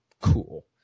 cool